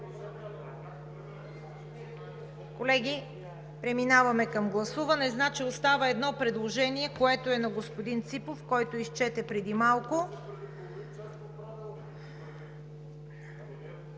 Колеги, преминаваме към гласуване. Остава едно предложение, което е на господин Ципов, който изчете преди малко…